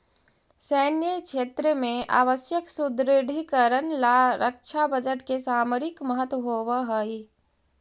सैन्य क्षेत्र में आवश्यक सुदृढ़ीकरण ला रक्षा बजट के सामरिक महत्व होवऽ हई